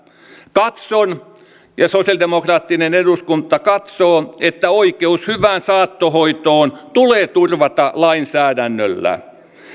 katson ja sosiaalidemokraattinen eduskuntaryhmä katsoo että oikeus hyvään saattohoitoon tulee turvata lainsäädännöllä